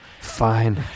fine